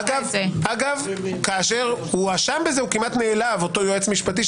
אגב, כאשר הואשם בזה, כמעט נעלב אותו יועץ משפטי.